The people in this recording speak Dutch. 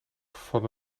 van